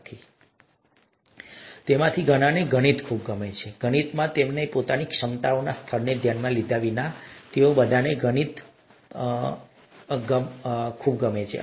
અને તેમાંના ઘણાને ગણિત ખૂબ ગમે છે ગણિતમાં તેમની પોતાની ક્ષમતાના સ્તરને ધ્યાનમાં લીધા વિના તેઓ બધાને ગણિત ખૂબ ગમે છે